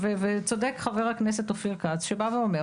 וצודק חבר הכנסת אופיר כץ שבא ואומר